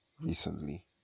recently